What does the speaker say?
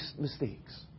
mistakes